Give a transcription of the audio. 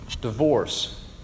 divorce